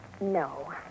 No